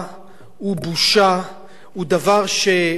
הוא דבר שאי-אפשר להעלות אותו על הדעת.